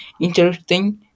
interesting